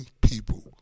people